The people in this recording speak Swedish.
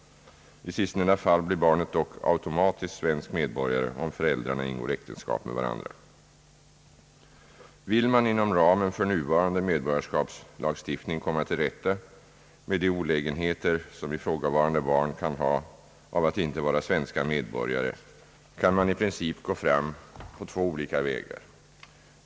I sistnämnda fall blir barnet dock automatiskt svensk medborgare, om föräldrarna ingår äktenskap med varandra. Vill man inom ramen för nuvarande medborgarskapslagstiftning komma till rätta med de olägenheter som ifrågavarande barn kan ha av att inte vara svenska medborgare, kan man i princip gå fram på två olika vägar.